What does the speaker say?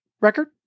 record